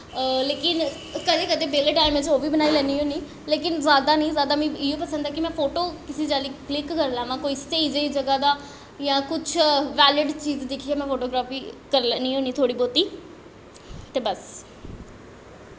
लेकिन कदैं कदैं बेह्ल्ले बेह्ले टाईम च ओह् बी बनाई लैन्नी होन्नी लेकिन जादा नी जादा मिगी इयै पसंद ऐ में फोटो किसे चाल्ली क्लिक करी लैना कोई स्हेई स्हेई जगा दा जां कुश बैलिड चीज़ दिक्खियै में फोटोग्राफी करी लैन्नी होन्नी थोह्ड़ी बौह्ती ते बस